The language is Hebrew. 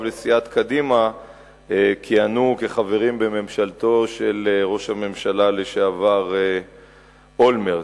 לסיעת קדימה כיהנו כחברים בממשלתו של ראש הממשלה לשעבר אולמרט.